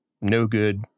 no-good